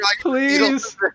please